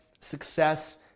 success